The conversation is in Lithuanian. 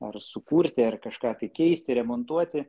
ar sukurti ar kažką tai keisti remontuoti